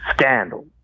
scandal